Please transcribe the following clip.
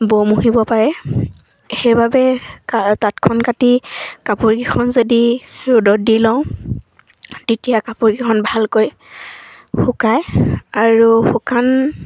পাৰে সেইবাবে কা তাঁতখন কাটি কাপোৰকেইখন যদি ৰ'দত দি লওঁ তেতিয়া কাপোৰকেইখন ভালকৈ শুকায় আৰু শুকান